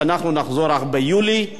כשאנחנו נחזור ביולי,